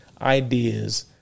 ideas